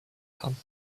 kann